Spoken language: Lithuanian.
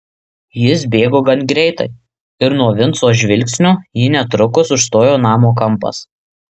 jis bėgo gan greitai ir nuo vinco žvilgsnio jį netrukus užstojo namo kampas